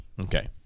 Okay